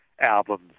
albums